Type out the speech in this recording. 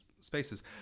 spaces